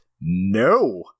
no